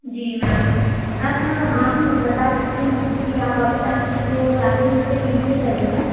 जी ma'am ma'am आप बता सकती हैं मुझे कि आप अभी आएंगे तो रात में सीधा डिनर ही करेंगी न